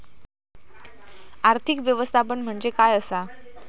आर्थिक व्यवस्थापन म्हणजे काय असा?